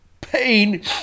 pain